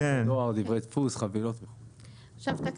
זה גם דברי דואר,